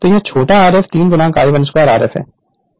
तो यह छोटा Rf 3 I12 Rf है